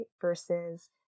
versus